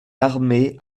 armée